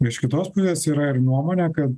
iš kitos pusės yra ir nuomonė kad